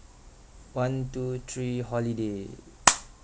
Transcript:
one two three holiday